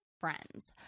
friends